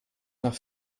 nach